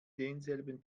denselben